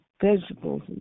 vegetables